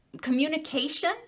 communication